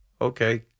okay